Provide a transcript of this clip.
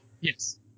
Yes